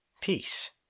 peace